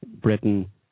Britain